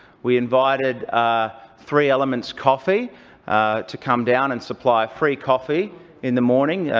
we invited ah three elements coffee to come down and supply free coffee in the morning.